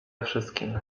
wszystkim